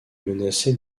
menacé